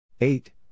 eight